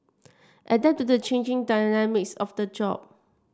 adapt to the changing dynamics of the job